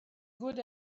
good